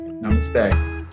Namaste